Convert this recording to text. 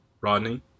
Rodney